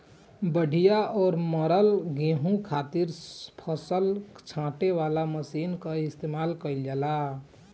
बढ़िया और मरल गेंहू खातिर फसल छांटे वाला मशीन कअ इस्तेमाल कइल जाला